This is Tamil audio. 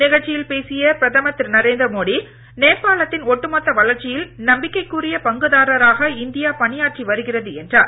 நிகழ்ச்சியில் பேசிய பிரதமர் திரு நரேந்திர மோடி நேபாளத்தின் ஒட்டுமொத்த வளர்ச்சியில் நம்பிக்கைக்குரிய பங்குதாரராக இந்தியா பணியாற்றி வருகிறது என்றார்